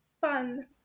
fun